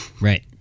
Right